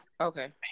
Okay